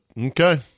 okay